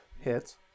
hits